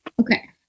Okay